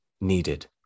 needed